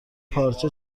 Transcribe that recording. پارچه